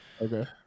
Okay